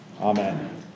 Amen